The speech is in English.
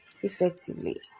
effectively